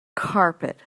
carpet